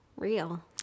real